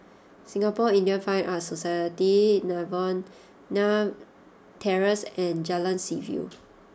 Singapore Indian Fine Arts Society Novena Terrace and Jalan Seaview